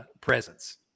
presence